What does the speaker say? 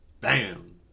Bam